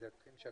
הנוסח של סעיף 2(ג)